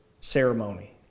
ceremony